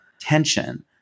tension